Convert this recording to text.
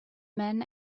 men